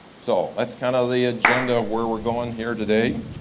so that's kind of the agenda where we are going here today.